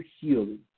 healing